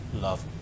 love